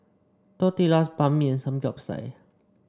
Tortillas Banh Mi and Samgeyopsal